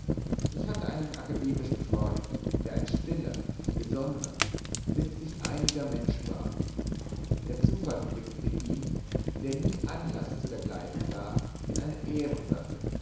ich hatte einen akademischen freund der ein stiller besonnener mit sich einiger mensch war der zufall verwickelte ihn der nie anlaß zu dergleichen gab in eine ehrensache